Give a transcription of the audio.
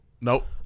Nope